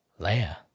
Leia